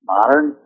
modern